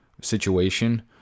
situation